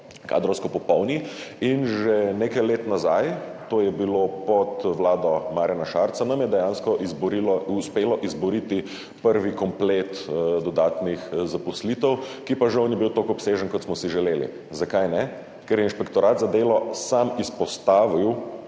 kadrovsko popolni. In že nekaj let nazaj, to je bilo pod vlado Marjana Šarca, nam je dejansko uspelo izboriti prvi komplet dodatnih zaposlitev, ki pa žal ni bil tako obsežen, kot smo si želeli. Zakaj ne? Ker je Inšpektorat za delo sam izpostavil,